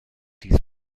dies